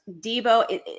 Debo